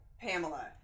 Pamela